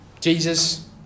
Jesus